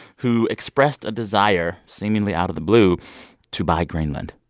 who expressed a desire, seemingly, out of the blue to buy greenland.